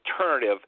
alternative